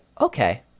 okay